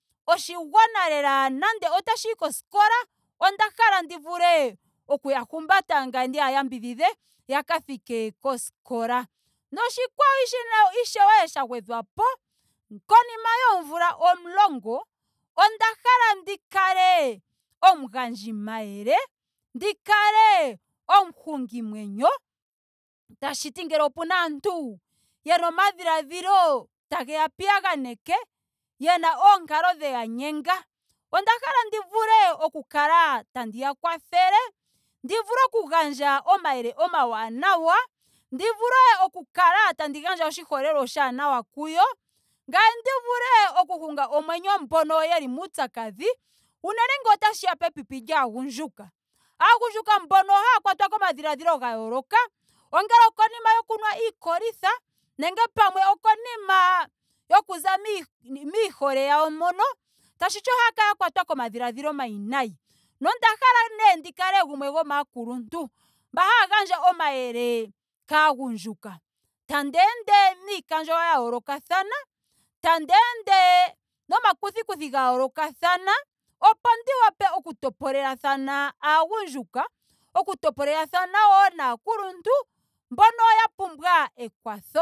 Oshigwana lela nando otashiyi koskola onda hala ndi vulu okuya humbata ngaye ndiya yambidhidhe yaka thike koskola. Noshikwawo ishewe sha gwedhwapo konima yoomvula omulongo onda hala ndi kale omugandji mayele. ndi kale omuhungi mwenyo. tashiti ngele opena aantu yena omadhiladhilo tageya piyaganeke. yena oonkalo dheya nyanga. onda halandi vule oku kala tandi ya kwathele. dni vule okugandja omayele omawanawa. ndi kale tandi gandja oshiholelwa oshaanawa kuyo. ngame ndi vulu oku hunga omwenyo mboka yeli muupyakadhi. unene ngele tashiya kepipi lyaagundjuka. Aagundjuka mboka haya kwatwa komadhiladhilo ga yooloka ongele pamwe okonima yokunwa iikolitha nenge pamwe okonima yokuza mii- miihole yawo moka. tashiti ohaya kala ya kwatwa komadhiladhilo omawiinayi. Nonda hala nee ndi kale gumwe gomaakuluntu mba haya gandja omayele kaagundjuka. Tandi ende niikandjo ya yoolokathana. tandi ende nomakuthikuthi ga yoolokathana opo ndi wape oku topolelathana aagundjuka. oku topolelathano wo naakuluntu mboka ya pumbwa ekwatho.